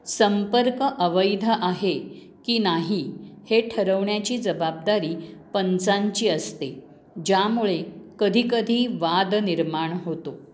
संपर्क अवैध आहे की नाही हे ठरवण्याची जबाबदारी पंचांची असते ज्यामुळे कधीकधी वाद निर्माण होतो